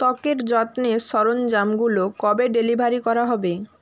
ত্বকের যত্নের সরঞ্জামগুলো কবে ডেলিভারি করা হবে